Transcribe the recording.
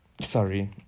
Sorry